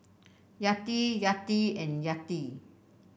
Yati Yati and Yati